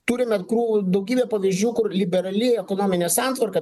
turime krū daugybę pavyzdžių kur liberali ekonominė santvarka